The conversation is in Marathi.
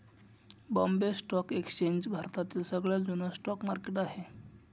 बॉम्बे स्टॉक एक्सचेंज भारतातील सगळ्यात जुन स्टॉक मार्केट आहे